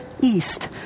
East